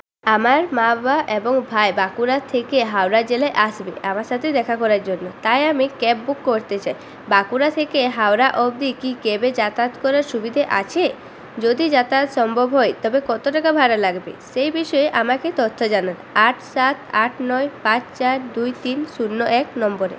আমার মা বাবা এবং ভাই বাঁকুড়া থেকে হাওড়া জেলায় আসছে আমার সাথে দেখা করার জন্য তাই আমি ক্যাব বুক করতে চাই বাঁকুড়া থেকে হাওড়া অব্দি কি ক্যাবে যাতায়াত করার সুবিধে আছে যদি যাতায়াত সম্ভব হয় তবে কত টাকা ভাড়া লাগবে সেই বিষয়ে আমাকে তথ্য জানান আট সাত আট নয় পাঁচ চার দুই তিন শূন্য এক নম্বরে